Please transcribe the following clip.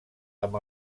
amb